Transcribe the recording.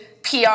PR